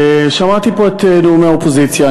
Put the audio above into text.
שמעתי פה את נאומי האופוזיציה,